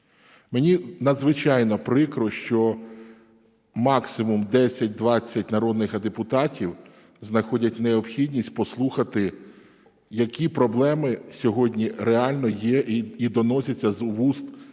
Мені надзвичайно прикро, що максимум 10-20 народних депутатів знаходять необхідність послухати, які проблеми сьогодні реально є і доносяться з вуст їх колег.